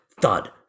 thud